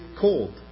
cold